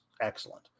excellent